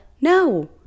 no